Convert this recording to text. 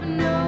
no